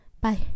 Bye